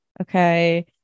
okay